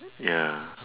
ya